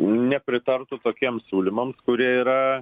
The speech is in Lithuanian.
nepritartų tokiems siūlymams kurie yra